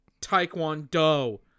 Taekwondo